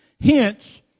Hence